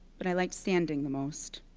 but i liked standing the most.